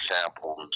samples